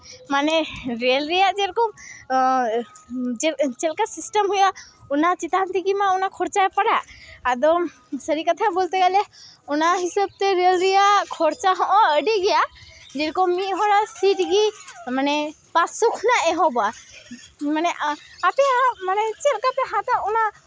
ᱢᱟᱱᱮ ᱨᱮᱹᱞ ᱨᱮᱭᱟᱜ ᱡᱮᱨᱚᱠᱚᱢ ᱪᱮᱫ ᱞᱮᱠᱟ ᱥᱤᱥᱴᱮᱢ ᱦᱩᱭᱩᱜᱼᱟ ᱚᱱᱟ ᱪᱮᱛᱟᱱ ᱛᱮᱜᱮ ᱢᱟ ᱚᱱᱟ ᱠᱷᱚᱨᱪᱟ ᱯᱟᱲᱟᱜ ᱟᱫᱚ ᱥᱟᱹᱨᱤ ᱠᱟᱛᱷᱟ ᱵᱚᱞᱛᱮ ᱜᱮᱞᱮ ᱚᱱᱟ ᱦᱤᱥᱟᱹᱵ ᱛᱮ ᱨᱮᱹᱞ ᱨᱮᱭᱟᱜ ᱠᱷᱚᱨᱪᱟ ᱦᱚᱸ ᱟᱹᱰᱤ ᱜᱮᱭᱟ ᱡᱮᱨᱚᱠᱚᱢ ᱢᱤᱫ ᱦᱚᱲᱟᱜ ᱥᱤᱴ ᱜᱮ ᱢᱟᱱᱮ ᱯᱟᱸᱥᱥᱚ ᱠᱷᱚᱱᱟᱜ ᱮᱦᱚᱵᱚᱜᱼᱟ ᱢᱟᱱᱮ ᱟᱯᱮᱭᱟᱜ ᱪᱮᱫ ᱞᱮᱠᱟᱯᱮ ᱦᱟᱛᱼᱟ ᱚᱱᱟ